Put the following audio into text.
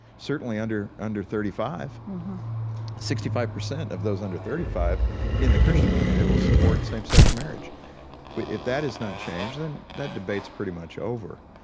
certainly under under thirty five sixty five percent of those under thirty five in the christian community will support same-sex marriage if that is not change, then that debate's pretty much over.